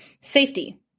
Safety